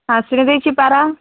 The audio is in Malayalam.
ആ സുനിത ചേച്ചി പറ